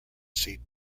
seat